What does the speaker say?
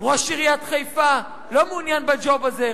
ראש עיריית חיפה לא מעוניין בג'וב הזה.